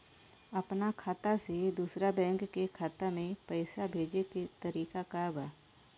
अपना खाता से दूसरा बैंक के खाता में पैसा भेजे के तरीका का बा?